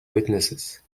witnesses